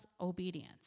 obedience